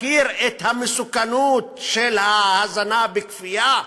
מכיר את המסוכנות של ההזנה בכפייה?